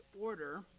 order